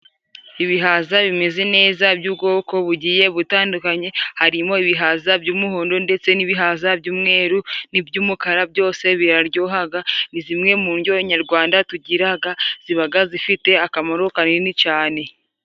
Ibihaza bimeze neza by'ubwoko bugiye butandukanye, harimo ibihaza by'umuhondo ndetse n'ibihaza by'umweru n'iby'umukara byose biraryohaga, ni zimwe mu ndyo nyarwanda tugiraga zibaga zifite akamaro kanini cane.